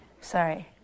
Sorry